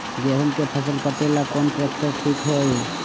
गेहूं के फसल कटेला कौन ट्रैक्टर ठीक होई?